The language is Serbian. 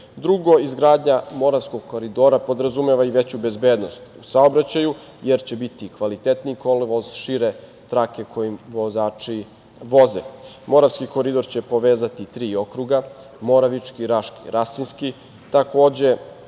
izgradnja Moravskog koridora podrazumeva i veću bezbednost u saobraćaju jer će biti kvalitetniji kolovoz, šire trake kojim vozači voze. Moravski koridor će povezati tri okruga Moravički, Raški i Rasinski. Takođe,